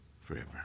forever